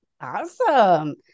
Awesome